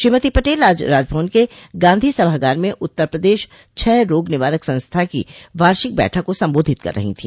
श्रीमती पटेल आज राजभवन के गांधी सभागार में उत्तर प्रदेश क्षय रोग निवारक संस्था की वार्षिक बैठक को संबोधित कर रही थी